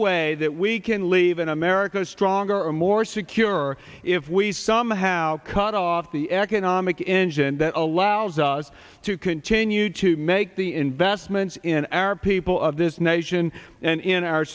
way that we can leave in america stronger or more secure if we somehow cut off the economic engine that allows us to continue to make the investments in arab people of this nation and in our